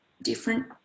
Different